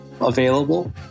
available